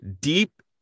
deep